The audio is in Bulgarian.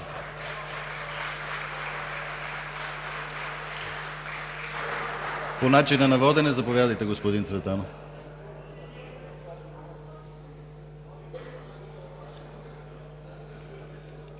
По начина на водене – заповядайте, господин Цветанов.